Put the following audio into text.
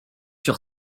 sur